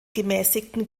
gemäßigten